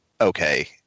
Okay